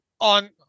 on